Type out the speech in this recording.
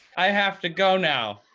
i have to go now.